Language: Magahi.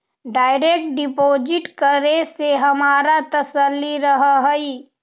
डायरेक्ट डिपॉजिट करे से हमारा तसल्ली रहअ हई